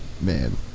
man